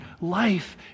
life